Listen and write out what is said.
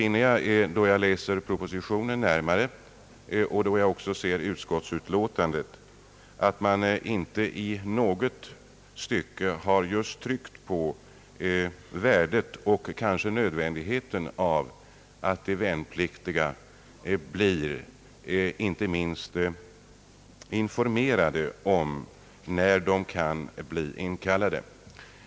När jag nu läser propositionen närmare och även ser utskottsutlåtandet, finner jag att man inte i något stycke har tryckt på betydelsen och nödvändigheten av information för de värnpliktiga, inte minst om när de kan vänta inkallelse.